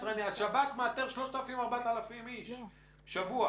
--- השב"כ מאתר 4,000-3,000 איש בשבוע.